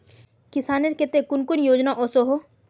किसानेर केते कुन कुन योजना ओसोहो?